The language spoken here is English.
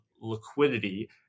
liquidity